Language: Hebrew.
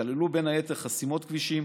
שכללו בין היתר חסימת כבישים,